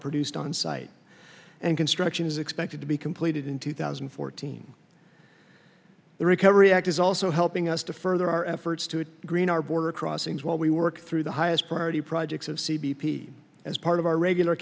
produced on site and construction is expected to be completed in two thousand and fourteen the recovery act is also helping us to further our efforts to green our border crossings while we work through the highest priority projects of c b p as part of our regular